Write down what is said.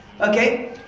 Okay